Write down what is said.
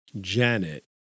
Janet